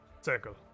circle